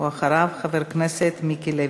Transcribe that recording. אחריו, חבר הכנסת מיקי לוי.